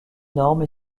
normes